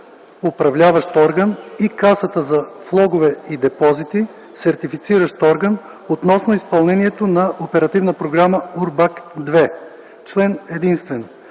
Управляващ орган и Каса за влогове и депозити – Сертифициращ орган, относно изпълнението на Оперативна програма „УРБАКТ ІІ”, №